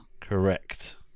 Correct